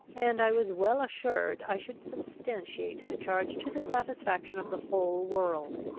and i was well assured i should substantiate the charge to the satisfaction of the whole world.